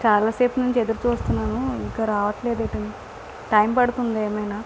చాలా సేపు నుంచి ఎదురుచూస్తున్నాను ఇంకా రావట్లేదు టైం పడుతుందా ఏమైనా